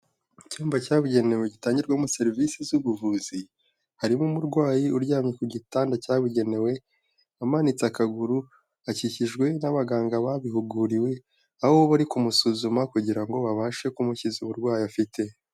Icyumba cyabugenewe gitangirwamo serivise z'ubuvuzi harimo umurwayi uryamye ku gitanda cyabugenewe, umanitse akaguru, akikijwe n'abaganga babihuguriwe, aho bari kumusuzuma kugira ngo babashe kumukiza uburwayi afite.